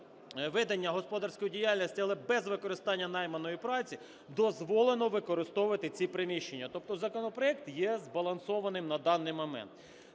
ведення господарської діяльності, але без використання найманої праці, дозволено використовувати ці приміщення. Тобто законопроект є збалансованим на даний момент.